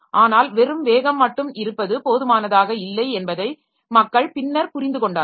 ஆனால் வெறும் வேகம் மட்டும் இருப்பது போதுமானதாக இல்லை என்பதை மக்கள் பின்னர் புரிந்துகொண்டார்கள்